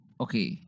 okay